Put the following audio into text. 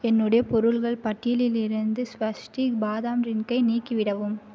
என்னுடைய பொருள்கள் பட்டியலில்லிருந்து ஸ்வஸ்டிக் பாதாம் ட்ரின்க்கை நீக்கிவிடவும்